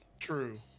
True